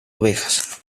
ovejas